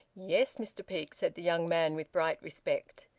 yes, mr peake, said the young man, with bright respect.